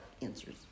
answers